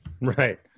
Right